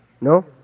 No